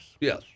Yes